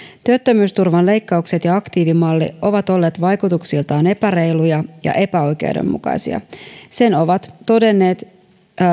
työttömyysturvan leikkaukset ja aktiivimalli ovat olleet vaikutuksiltaan epäreiluja ja epäoikeudenmukaisia sen ovat todenneet